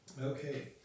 Okay